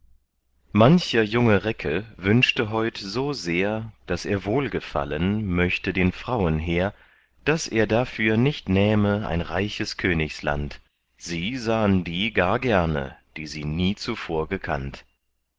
mancher junge recke wünschte heut so sehr daß er wohlgefallen möchte den fraun hehr daß er dafür nicht nähme ein reiches königsland sie sahen die gar gerne die sie nie zuvor gekannt